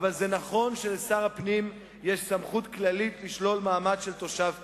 שלשר הפנים יש סמכות כללית לשלול מעמד של תושב קבע.